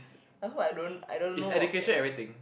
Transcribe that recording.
I hope I don't I don't know of uh